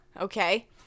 Okay